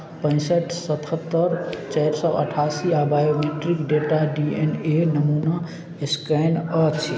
पैंसठि सतहत्तरि चारि सए अठासी आ biometric data D N A नमूना स्कैन अछि